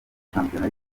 shampiyona